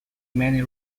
many